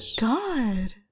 god